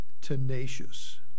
tenacious